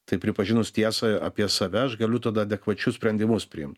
tai pripažinus tiesą apie save aš galiu tada adekvačius sprendimus priimt